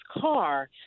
car